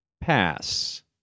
Pass